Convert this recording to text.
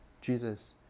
Jesus